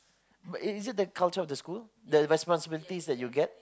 but is it the culture of the school the responsibility that you get